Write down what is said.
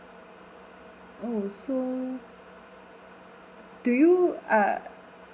oh so do you uh